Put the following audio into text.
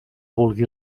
vulgui